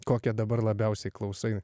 kokią dabar labiausiai klausai